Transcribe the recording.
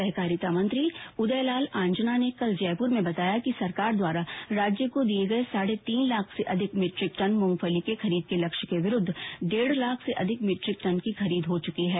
सहकारिता मंत्री उदय लाल आंजना ने कल जयपुर में बताया कि सरकार द्वारा राज्य को दिये गये साढ़े तीन लाख से अधिक मीट्रिक टन मूंगफली के खरीद के लक्ष्य के विरूद्व डेढ लाख से अधिक मीट्रिक टन की खरीद हो चुकी है